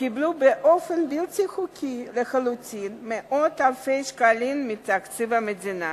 קיבלו באופן בלתי חוקי לחלוטין מאות אלפי שקלים מתקציב המדינה.